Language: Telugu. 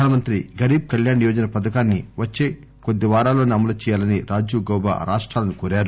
ప్రధానమంత్రి గరీట్ కల్యాణ్ యోజన పథకాన్ని వచ్చే కొద్దివారాల్లోసే అమలు చేయాలని రాజీవ్ గోబా రాష్టాలను కోరారు